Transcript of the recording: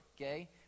okay